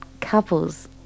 couples